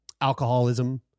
alcoholism